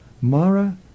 Mara